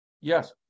Yes